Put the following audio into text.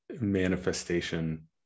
manifestation